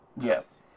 Yes